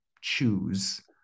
choose